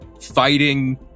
fighting